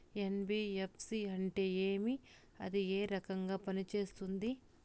NBFC అంటే ఏమి అది ఏ రకంగా పనిసేస్తుంది